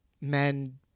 men